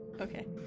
okay